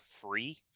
free